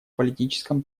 политическом